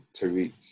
Tariq